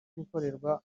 gukorerwa